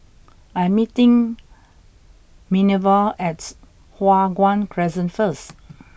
I am meeting Minerva at Hua Guan Crescent first